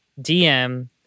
DM